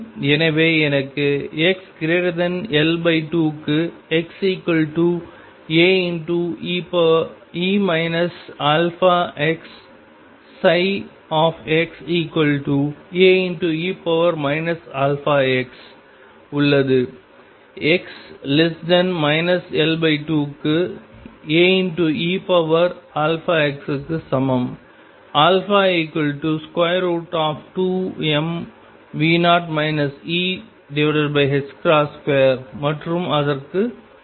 எனவே எனக்கு xL2 க்கு x Ae αxxAe αx உள்ளது x L2 க்கு Aeαx க்கு சமம் α2m2 மற்றும் அதற்கு சமம்